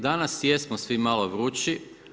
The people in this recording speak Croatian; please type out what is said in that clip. Danas jesmo svi malo vrući.